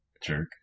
Jerk